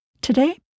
Today